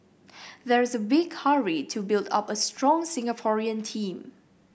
there's a big hurry to build up a strong Singaporean team